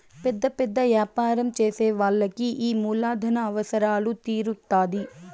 పెద్ద పెద్ద యాపారం చేసే వాళ్ళకి ఈ మూలధన అవసరాలు తీరుత్తాధి